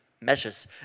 measures